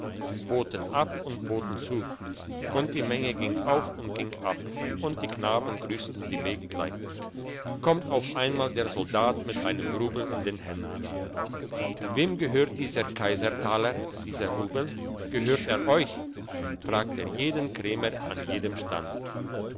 boten ab und boten zu und die menge ging auf und ging ab und die knaben grüssten die mägdlein kommt auf einmal der soldat mit einem rubel in den händen wem gehört dieser kaisertaler dieser rubel gehört er euch fragt er jeden krämer an jedem stand